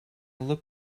look